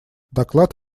доклад